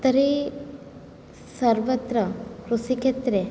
तर्हि सर्वत्र कृशिक्षेत्रे